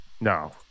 No